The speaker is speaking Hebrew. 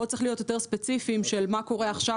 צריך להיות יותר ספציפיים לגבי מה קורה עכשיו,